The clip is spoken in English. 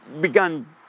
begun